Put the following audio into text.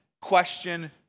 question